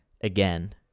again